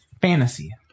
Fantasy